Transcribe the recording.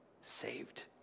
saved